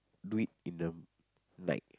do it in the night